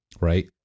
Right